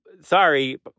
sorry